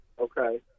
Okay